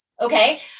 Okay